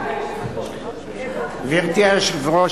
גברתי היושבת-ראש,